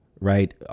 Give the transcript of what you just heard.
right